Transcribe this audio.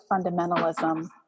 fundamentalism